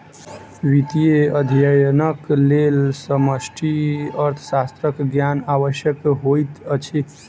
वित्तीय अध्ययनक लेल समष्टि अर्थशास्त्रक ज्ञान आवश्यक होइत अछि